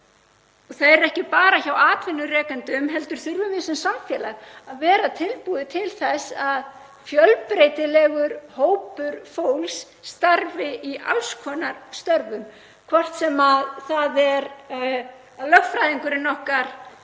Þeir eru ekki bara hjá atvinnurekendum heldur þurfum við sem samfélag að vera tilbúin til þess að fjölbreytilegur hópur fólks starfi í alls konar störfum, hvort sem það er lögfræðingurinn okkar sem